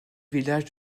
village